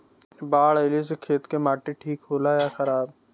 बाढ़ अईला से खेत के माटी ठीक होला या खराब?